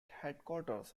headquarters